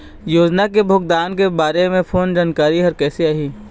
योजना के भुगतान के बारे मे फोन जानकारी हर कइसे आही?